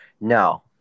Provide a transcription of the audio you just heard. No